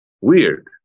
weird